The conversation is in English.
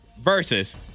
versus